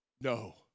no